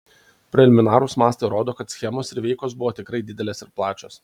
preliminarūs mastai rodo kad schemos ir veikos buvo tikrai didelės ir plačios